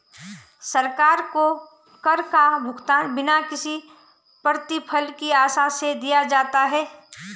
सरकार को कर का भुगतान बिना किसी प्रतिफल की आशा से दिया जाता है